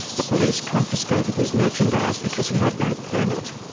the police confiscated his merchandise because he had no permit.